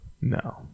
No